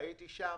והייתי שם,